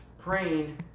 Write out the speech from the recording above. praying